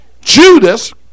Judas